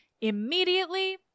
immediately